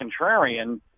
contrarian